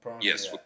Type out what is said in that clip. Yes